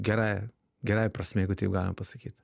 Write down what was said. gerąja gerąja prasme jeigu taip galima pasakyt